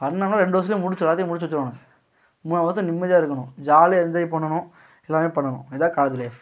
பண்ணிணாலும் ரெண்டு வர்ஷத்துலே முடிச்சிடணும் எல்லாத்தையும் முடித்து வச்சிர்ணும் மூணாவது வர்ஷோம் நிம்மதியாக இருக்கணும் ஜாலியாக என்ஜாய் பண்ணணும் எல்லாமே பண்ணணும் இதுதான் காலேஜ் லைஃப்